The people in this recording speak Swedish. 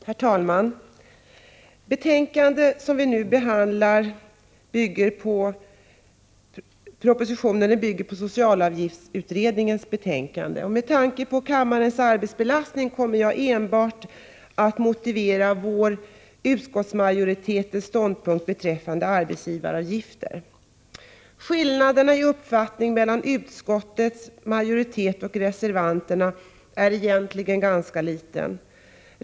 Herr talman! Det betänkande som vi nu behandlar gäller den proposition som bygger på socialavgiftsutredningens betänkande. Med tanke på kammarens arbetsbelastning kommer jag enbart att motivera utskottsmajoritetens ståndpunkt beträffande arbetsgivaravgifter. Skillnaden i uppfattning mellan utskottets majoritet och reservanterna är egentligen ganska liten.